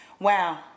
Wow